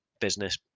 business